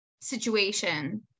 situation